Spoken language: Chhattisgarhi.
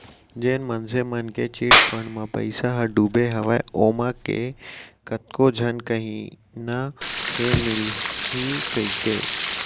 जेन मनसे मन के चिटफंड म पइसा ह डुबे हवय ओमा के कतको झन कहिना हे मिलही कहिके